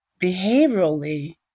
behaviorally